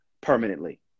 permanently